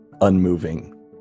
unmoving